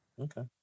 Okay